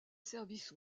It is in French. service